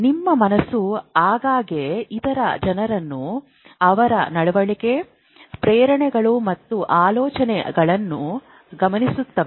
ನಿಮ್ಮ ಮನಸ್ಸು ಆಗಾಗ್ಗೆ ಇತರ ಜನರನ್ನು ಅವರ ನಡವಳಿಕೆ ಪ್ರೇರಣೆಗಳು ಮತ್ತು ಆಲೋಚನೆಗಳನ್ನು ಗಮನಿಸುತ್ತದೆ